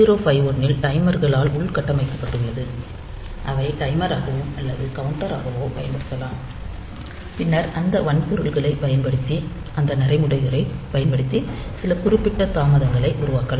8051 ல் டைமர்களால் உள் கட்டமைக்கப்பட்டுள்ளது அவை டைமராகவோ அல்லது கவுண்டராகவோ பயன்படுத்தப்படலாம் பின்னர் அந்த வன்பொருள்களைப் பயன்படுத்தி அந்த நடைமுறைகளைப் பயன்படுத்தி சில குறிப்பிட்ட தாமதங்களை உருவாக்கலாம்